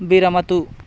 विरमतु